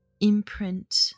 imprint